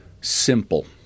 simple